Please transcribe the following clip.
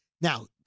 Now